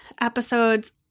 episodes